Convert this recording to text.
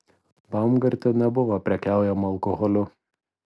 baumgarte nebuvo prekiaujama alkoholiu